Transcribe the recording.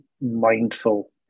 mindful